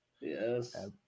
Yes